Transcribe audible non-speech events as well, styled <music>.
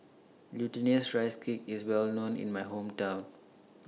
Glutinous Rice Cake IS Well known in My Hometown <noise>